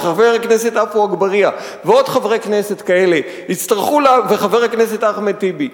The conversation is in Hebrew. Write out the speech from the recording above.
וחבר הכנסת עפו אגבאריה וחבר הכנסת אחמד טיבי,